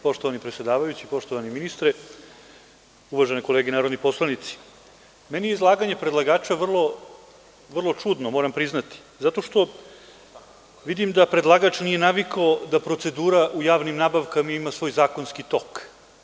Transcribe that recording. Poštovani predsedavajući, poštovani ministre, uvažene kolege narodni poslanici, meni je izlaganje predlagača vrlo čudno, moram priznati, zato što vidim da predlagač nije navikao da procedura u javnim nabavkama ima svoj zakonski tok.